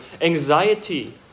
anxiety